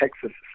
Texas